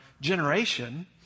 generation